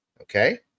okay